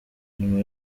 nyuma